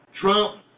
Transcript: Trump